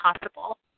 possible